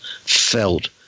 felt